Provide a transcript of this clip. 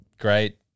Great